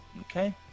Okay